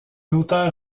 auteur